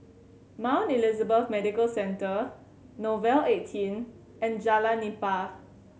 Mount Elizabeth Medical Centre Nouvel Eighteen and Jalan Nipah